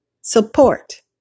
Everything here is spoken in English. support